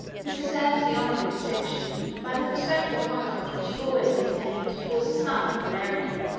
who deserved the honorable distinction, by the respectful conduct which he always maintained towards the son of valerian.